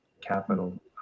capital